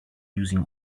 using